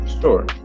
sure